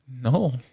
no